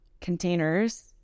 containers